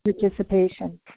participation